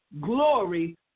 Glory